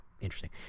Interesting